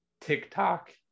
TikTok